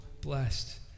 blessed